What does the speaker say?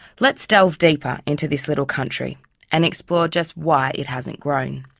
let's delve deeper into this little country and explore just why it hasn't grown.